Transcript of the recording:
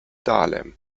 dahlem